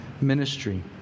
ministry